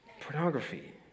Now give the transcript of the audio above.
pornography